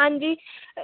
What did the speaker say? ਹਾਂਜੀ